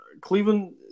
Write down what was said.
Cleveland